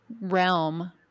realm